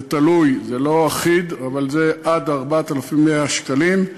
זה תלוי, זה לא אחיד, אבל זה עד 4,100 שקלים,